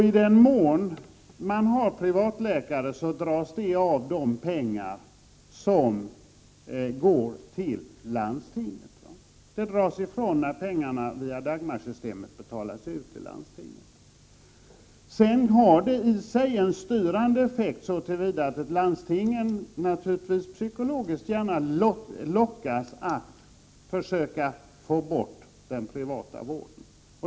I den mån man har privatläkare tas de pengarna av de pengar som går till landstinget. De dras ifrån när pengarna via Dagmarsystemet betalas ut till landstinget. Detta har en styrande effekt i så motto att landstingen naturligtvis psykologiskt sett gärna lockas att försöka få bort den privata vården.